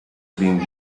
being